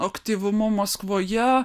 aktyvumu maskvoje